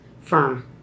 Firm